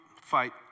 fight